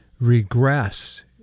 regress